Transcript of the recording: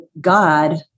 God